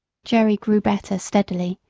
jerry grew better steadily,